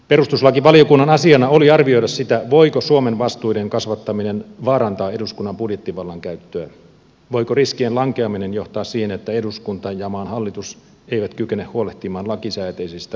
perustuslakivaliokunnan asiana oli arvioida sitä voiko suomen vastuiden kasvattaminen vaarantaa eduskunnan budjettivallankäyttöä voiko riskien lankeaminen johtaa siihen että eduskunta ja maan hallitus eivät kykene huolehtimaan lakisääteisistä kotimaisista velvoitteistaan